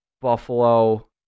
Buffalo